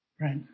right